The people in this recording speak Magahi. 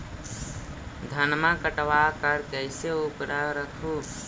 धनमा कटबाकार कैसे उकरा रख हू?